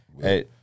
Hey